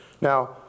Now